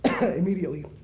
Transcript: immediately